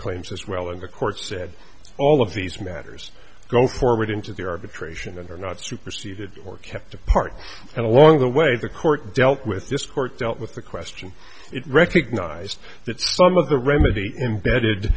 claims as well and the court said all of these matters go forward into the arbitration and are not superseded or kept apart and along the way the court dealt with this court dealt with the question it recognized that some of the remedy embedded